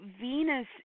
Venus